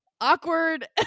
awkward